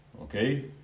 Okay